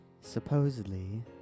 Supposedly